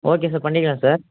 okay sir பண்ணிக்கலாம் sir